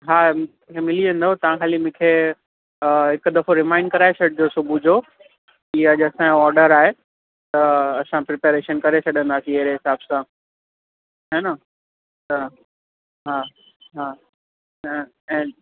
हा मिली वेंदव तव्हां ख़ाली मूंखे हिक दफ़ो रिमाइंड कराए छॾिजो सुबुह जो की अॼ असांजो ऑर्डर आहे त असां प्रिपेरेशन करे छॾंदासीं अहिड़े हिसाब सां ह न त हा हा न ऐं